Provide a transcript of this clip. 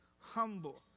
humble